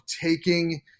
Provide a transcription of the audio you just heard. taking